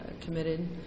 committed